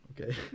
okay